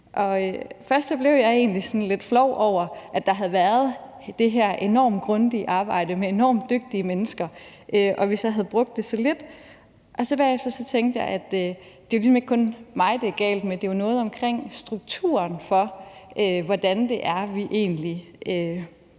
egentlig sådan lidt flov over, at der havde været det her enormt grundige arbejde af enormt dygtige mennesker, og at vi så havde brugt det for lidt. Og bagefter tænkte jeg, at det ligesom ikke kun er mig, det er galt med – det er noget omkring strukturen for, hvordan vi egentlig